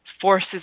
forces